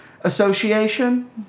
Association